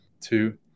two